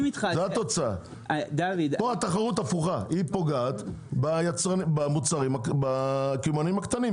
המצב הפוך, התחרות פוגעת בקמעונאים הקטנים.